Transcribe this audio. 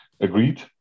agreed